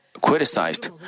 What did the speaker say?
criticized